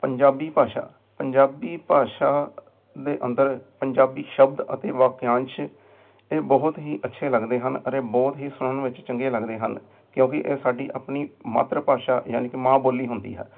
ਪੰਜਾਬੀ ਭਾਸ਼ਾ ਪੰਜਾਬੀ ਭਾਸ਼ਾ ਦੇ ਅੰਦਰ ਪੰਜਾਬੀ ਸ਼ਬਦ ਅਤੇ ਵਾਕਿਆਂਸ਼ ਇਹ ਬਹੁਤ ਹੀ ਅੱਛੇ ਲੱਗਦੇ ਹਨ ਅਤੇ ਬਹੁਤ ਹੀ ਸੁਣਨ ਵਿੱਚ ਚੰਗੇ ਲੱਗਦੇ ਹਨ ਕਿਉਂਕਿ ਇਹ ਸਾਡੀ ਆਪਣੀ ਮਾਤਰ ਭਾਸ਼ਾ ਯਾਨੀ ਕਿ ਮਾਂ ਬੋਲੀ ਹੁੰਦੀ ਹੈ